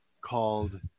called